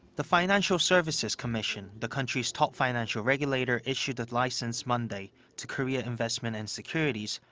the financial services commission, the country's top financial regulator, issued a license monday to korea investment and securities.